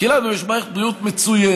כי לנו יש מערכת בריאות מצוינת,